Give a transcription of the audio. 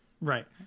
Right